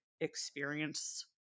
experience